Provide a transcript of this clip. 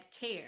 care